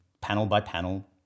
panel-by-panel